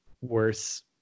worse